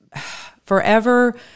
forever